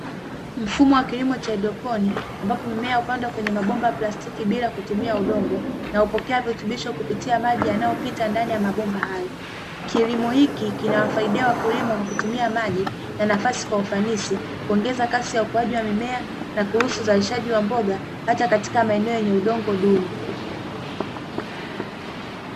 Mfumo wa kilimo cha haidroponi ambapo mumea hupandwa kwenye mabomba ya plastiki bila kutumia udongo, na hupokea virutubisho kupitia maji yanayopita ndani ya mabomba hayo. Kilimo hiki kinawafaidia wakulima kwa kutumia maji na nafasi kwa ufanisi, kuongeza kasi ya ukuaji wa mimea na kuruhusu uzalishaji wa mboga hata katika maeneo yenye udongo duni.